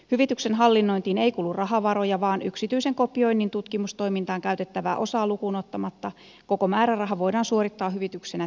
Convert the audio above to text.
hyvityksen hallinnointiin ei kulu rahavaroja vaan yksityisen kopioinnin tutkimustoimintaan käytettävää osaa lukuun ottamatta koko määräraha voidaan suorittaa hyvityksenä tekijöille